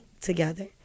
together